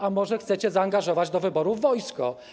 A może chcecie zaangażować do wyborów wojsko?